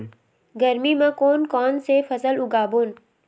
गरमी मा कोन कौन से फसल उगाबोन?